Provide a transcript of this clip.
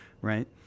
right